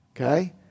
okay